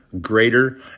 greater